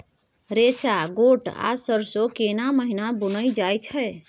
रेचा, गोट आ सरसो केना महिना बुनल जाय छै?